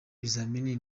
bizamini